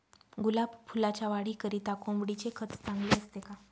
गुलाब फुलाच्या वाढीकरिता कोंबडीचे खत चांगले असते का?